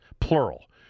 plural